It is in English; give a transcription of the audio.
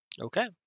Okay